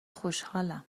خوشحالم